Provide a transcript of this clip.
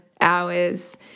hours